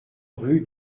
rue